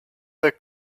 the